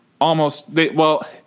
almost—well